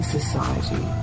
Society